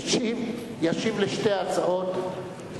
ישיב על שתי ההצעות,